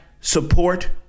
support